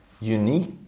unique